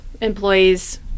employees